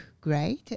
great